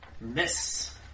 Miss